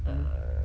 um